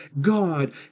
God